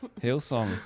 Hillsong